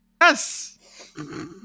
Yes